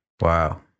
Wow